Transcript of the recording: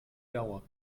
dauer